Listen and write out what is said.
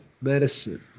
medicine